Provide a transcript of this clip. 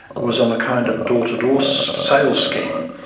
was on a kind of door-to-door so sales scheme,